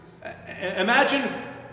Imagine